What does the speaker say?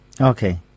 Okay